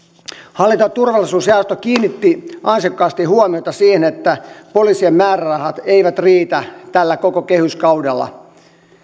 hallinto ja turvallisuusjaosto kiinnitti ansiokkaasti huomiota siihen että poliisien määrärahat eivät riitä tällä koko kehyskaudella